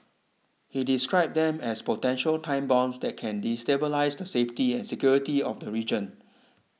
he described them as potential time bombs that can destabilise the safety and security of the region